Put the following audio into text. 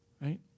Right